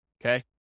Okay